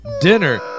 Dinner